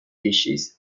dishes